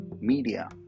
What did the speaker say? media